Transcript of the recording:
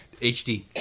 HD